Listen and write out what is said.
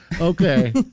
Okay